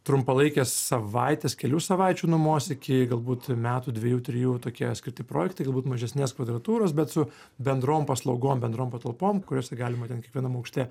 trumpalaikės savaitės kelių savaičių nuomos iki galbūt metų dviejų trijų tokie skirti projektai galbūt mažesnės kvadratūros bet su bendrom paslaugom bendrom patalpom kuriose galima ten kiekvienam aukšte